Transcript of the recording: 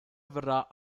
avverrà